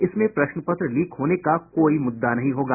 इसमें प्रश्न पत्र लीक होने का कोई मुद्दा नहीं होगा